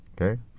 Okay